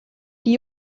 die